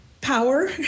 power